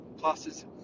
classes